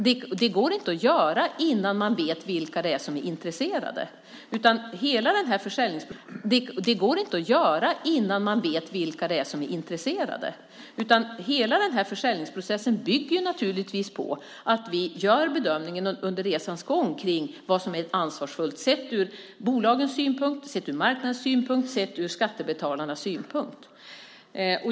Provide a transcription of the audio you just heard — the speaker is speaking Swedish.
Men det går inte att ta ställning innan man vet vilka som är intresserade, utan hela försäljningsprocessen bygger naturligtvis på den bedömning som vi under resans gång gör när det gäller vad som är ansvarsfullt sett från bolagens synpunkt, sett från marknadens synpunkt och sett från skattebetalarnas synpunkt.